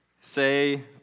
say